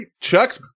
Chuck's